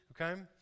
Okay